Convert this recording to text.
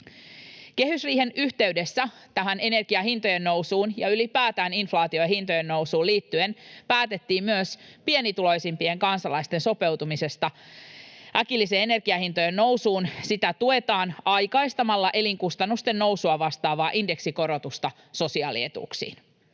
Kehysriihen yhteydessä tähän energian hintojen nousuun ja ylipäätään inflaatioon ja hintojen nousuun liittyen päätettiin myös pienituloisimpien kansalaisten sopeutumisesta äkilliseen energiahintojen nousuun: sitä tuetaan aikaistamalla elinkustannusten nousua vastaavaa indeksikorotusta sosiaalietuuksiin.